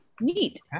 Neat